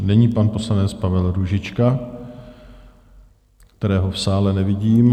Nyní pan poslanec Pavel Růžička, kterého v sále nevidím.